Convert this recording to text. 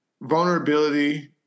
vulnerability